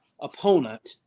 opponent